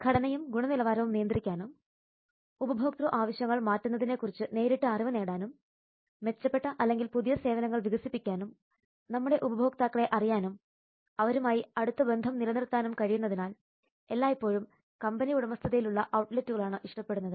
ഘടനയും ഗുണനിലവാരവും നിയന്ത്രിക്കാനും ഉപഭോക്തൃ ആവശ്യങ്ങൾ മാറ്റുന്നതിനെക്കുറിച്ച് നേരിട്ട് അറിവ് നേടാനും മെച്ചപ്പെട്ട അല്ലെങ്കിൽ പുതിയ സേവനങ്ങൾ വികസിപ്പിക്കാനും നമ്മുടെ ഉപഭോക്താക്കളെ അറിയാനും അവരുമായി അടുത്ത ബന്ധം നിലനിർത്താനും കഴിയുന്നതിനാൽ എല്ലായ്പ്പോഴും കമ്പനി ഉടമസ്ഥതയിലുള്ള ഔട്ട്ലെറ്റുകളാണ് ഇഷ്ടപ്പെടുന്നത്